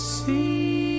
See